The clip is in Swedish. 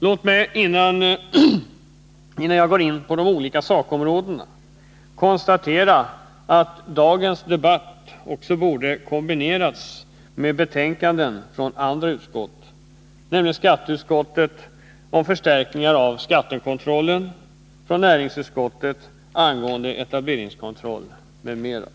Låt mig, innan jag går in på de olika sakområdena, konstatera att dagens debatt borde ha kombinerats med en debatt med anledning av betänkanden från andra utskott, nämligen från skatteutskottet angående förstärkningar av skattekontrollen och från näringsutskottet angående etableringskontrollen m.m.